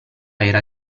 era